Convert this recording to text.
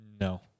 No